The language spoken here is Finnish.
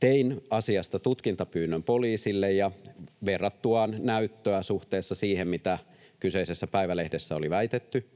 Tein asiasta tutkintapyynnön poliisille, ja verrattuaan näyttöä suhteessa siihen, mitä kyseisessä päivälehdessä oli väitetty,